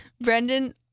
Brendan